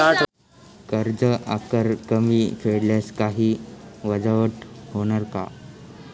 कर्ज एकरकमी फेडल्यास काही वजावट होणार का?